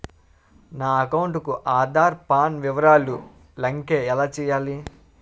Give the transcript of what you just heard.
నా అకౌంట్ కు ఆధార్, పాన్ వివరాలు లంకె ఎలా చేయాలి?